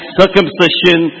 circumcision